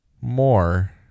more